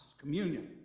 Communion